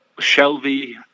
Shelby